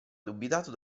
dubitato